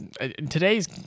today's